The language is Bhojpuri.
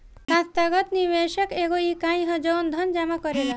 संस्थागत निवेशक एगो इकाई ह जवन धन जामा करेला